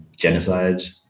genocides